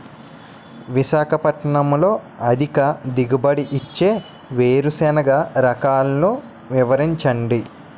విశాఖపట్నంలో అధిక దిగుబడి ఇచ్చే వేరుసెనగ రకాలు వివరించండి?